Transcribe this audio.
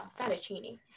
fettuccine